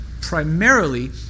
primarily